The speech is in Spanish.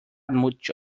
mucho